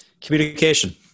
Communication